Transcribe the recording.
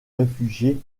réfugier